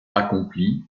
accompli